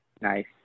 Nice